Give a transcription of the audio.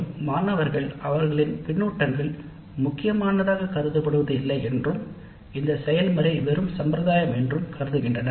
இந்த கருத்து ஆய்வுகள் போலியாக சேகரிக்கப்படுகின்றன மற்றும் அதனால் எந்த பயனும் இல்லை என்றும் மாணவர்கள் கருதுகின்றனர்